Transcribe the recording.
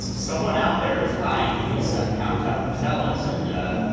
someone out there is buying these seven pound type of marcella's. and,